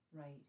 right